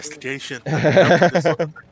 investigation